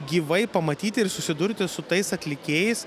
gyvai pamatyti ir susidurti su tais atlikėjais